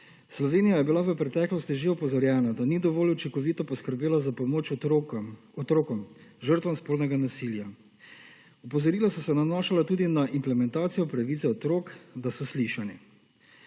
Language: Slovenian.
Slovenija je bila v preteklosti že opozorjena, da ni dovolj učinkovito poskrbela za pomoč otrokom žrtvam spolnega nasilja. Opozorila so se nanašala tudi na implementacijo pravice otrok, da so slišani.